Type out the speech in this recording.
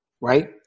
right